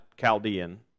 Chaldean